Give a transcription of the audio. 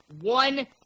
one